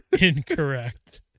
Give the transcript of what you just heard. incorrect